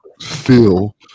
feel